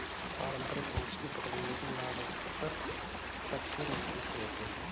पारंपरिक मछली पकड़ने की नाव अधिकतर तट के नजदीक रहते हैं